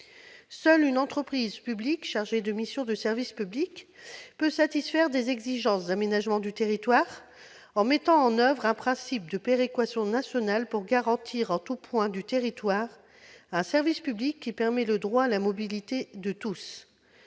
Seule une entreprise publique, chargée de missions de service public, peut satisfaire des exigences d'aménagement du territoire, en mettant en oeuvre un principe de péréquation nationale pour garantir en tout point du territoire un service public assurant l'effectivité du droit à la mobilité pour tous.